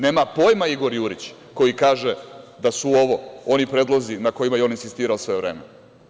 Nema pojma Igor Jurić koji kaže da su ovo oni predlozi na kojima je on insistirao sve vreme.